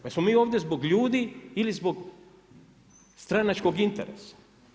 Jesmo mi ovdje zbog ljudi ili zbog stranačkog interesa?